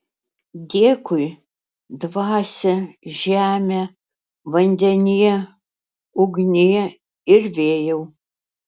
dėkui dvasia žeme vandenie ugnie ir vėjau